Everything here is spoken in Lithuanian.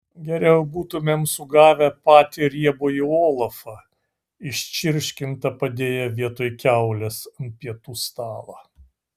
geriau būtumėm sugavę patį riebųjį olafą iščirškintą padėję vietoj kiaulės ant pietų stalo